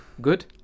good